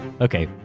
Okay